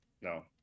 No